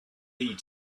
heed